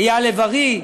אייל לב-ארי,